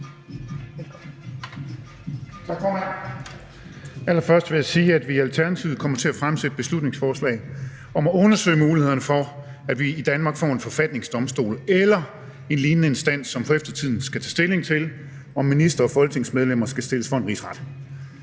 Allerførst vil jeg sige, at vi i Alternativet kommer til at fremsætte beslutningsforslag om at undersøge mulighederne for, at vi i Danmark får en forfatningsdomstol eller en lignende instans, som for eftertiden skal tage stilling til, om ministre og folketingsmedlemmer skal stilles for en rigsret.